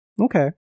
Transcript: Okay